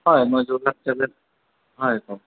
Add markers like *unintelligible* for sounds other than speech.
হয় মই যোৰহাট *unintelligible* হয় কওক